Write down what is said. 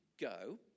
go